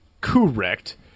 Correct